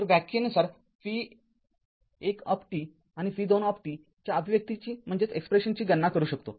तरव्याख्येनुसार v १ आणि v२ च्या अभिव्यक्तीची गणना करू शकतो